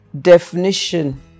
definition